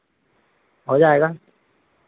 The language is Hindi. हो जाएगा